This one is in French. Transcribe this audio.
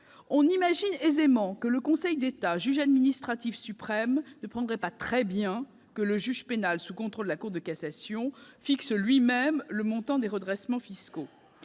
On imagine aisément que le Conseil d'État, juge administratif suprême, ne prendrait pas très bien que le juge pénal, sous le contrôle de la Cour de cassation, fixe lui-même le montant des redressements fiscaux